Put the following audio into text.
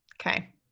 okay